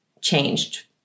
changed